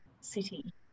city